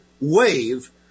wave